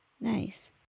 Nice